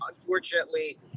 unfortunately